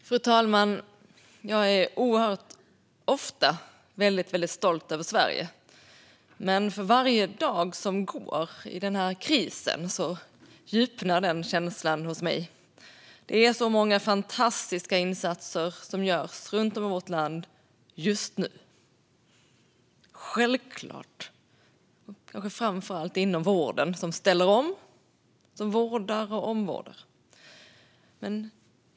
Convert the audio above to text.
Fru talman! Jag är oerhört ofta väldigt stolt över Sverige, och för varje dag som går i den här krisen djupnar den känslan hos mig. Det är så många fantastiska insatser som görs runtom i vårt land just nu, självklart och kanske framför allt inom vården som ställer om och som vårdar och omvårdar.